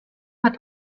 hat